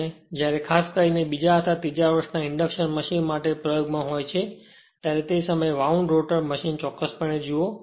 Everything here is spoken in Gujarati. તેથી જ્યારે ખાસ કરીને બીજા અથવા ત્રીજા વર્ષના ઇન્ડક્શન મશીન પ્રયોગમાંહોય ત્યારે તે સમયે વાઉંડ રોટર મશીન ચોક્કસપણે જુઓ